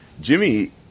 Jimmy